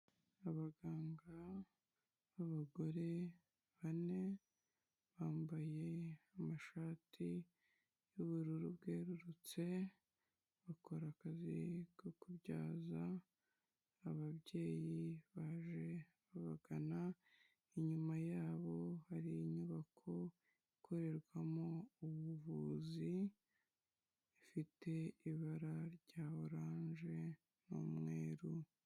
Abaganga b'abagore bane bambaye amashati y'ubururu bwerurutse, bakora akazi ko kubyaza ababyeyi baje babagana, inyuma yabo hari inyubako ikorerwamo ubuvuzi ifite ibara rya oranje n'umweru.